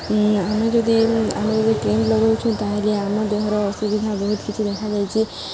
ଆମେ ଯଦି ଆମେ ଯଦି କ୍ରିମ୍ ଲଗାଉଛୁ ତା'ହେଲେ ଆମ ଦେହର ଅସୁବିଧା ବହୁତ କିଛି ଦେଖାଯାଇଛି